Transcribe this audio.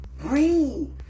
breathe